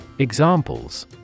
Examples